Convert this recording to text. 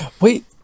Wait